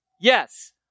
Yes